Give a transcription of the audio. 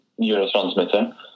neurotransmitter